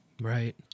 Right